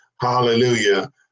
hallelujah